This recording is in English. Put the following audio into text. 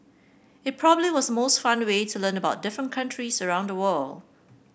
it probably was most fun way to learn about different countries round the world